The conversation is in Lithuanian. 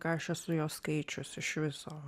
ką aš esu jo skaičius iš viso